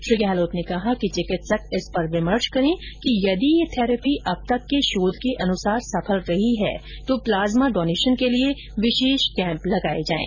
श्री गहलोत ने कहा कि चिकित्सक इस पर विमर्श करे कि यदि यह थैरेपी अब तक के शोध के अनुसार सफल रही है तो प्लाज्मा डोनेशन के लिए विशेष कैम्प लगाए जाएं